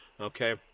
Okay